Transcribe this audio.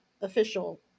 official